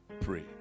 pray